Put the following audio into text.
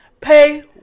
pay